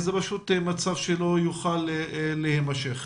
זה פשוט מצב שלא יוכל להימשך.